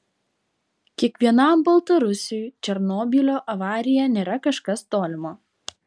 kiekvienam baltarusiui černobylio avarija nėra kažkas tolimo